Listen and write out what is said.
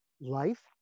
life